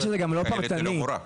חיילת היא לא מורה.